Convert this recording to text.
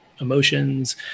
emotions